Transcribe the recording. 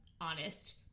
honest